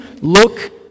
look